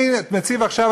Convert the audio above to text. אני מציג עכשיו,